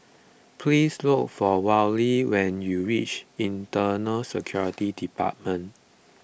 please look for Wally when you reach Internal Security Department